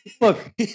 look